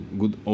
good